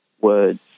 words